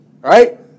Right